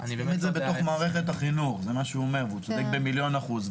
הוא צודק במיליון אחוזים.